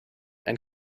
and